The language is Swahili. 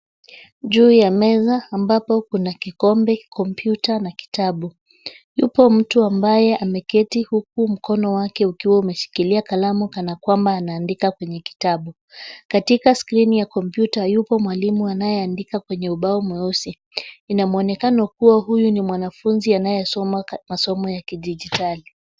Juu ya meza ambapo kuna kikombe kompyuta na kitabu. Yupo mtu ambaye ameketi huku mkono wake ukiwa umeshikilia kalamu kana kwamba anaandika kwenye kitabu. Katika skrini ya kompyuta yuko mwalimu anayeandika kwenye ubao mweusi. Ina mwonekano kuwa huyu ni mwanafunzi anayesoma ka masomo ya kidijitali.